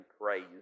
praise